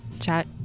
chat